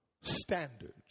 standards